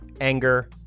anger